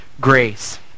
grace